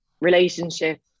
relationship